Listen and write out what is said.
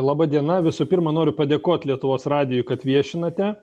laba diena visų pirma noriu padėkot lietuvos radijui kad viešinate